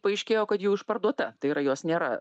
paaiškėjo kad jau išparduota tai yra jos nėra